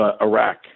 Iraq